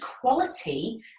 quality